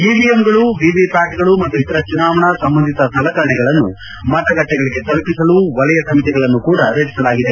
EVM ವಿವಿಪ್ಲಾಟ್ಗಳು ಮತ್ತು ಇತರ ಚುನಾವಣಾ ಸಂಬಂಧಿತ ಸಲಕರಣೆಗಳನ್ನು ಮತಗಟ್ಟೆಗಳಿಗೆ ತಲುಪಿಸಲು ವಲಯ ಸಮಿತಿಗಳನ್ನು ಕೂಡ ರಚಿಸಲಾಗಿದೆ